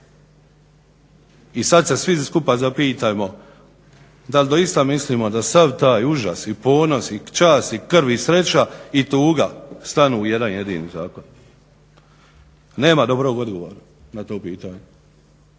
I sad se svi skupa zapitajmo dal' doista mislimo da sav taj užas i ponos i čast i krv i sreća i tuga stanu u jedan jedini zakon. Nema dobrog odgovora na to pitanje.